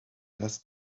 dass